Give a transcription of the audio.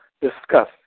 discuss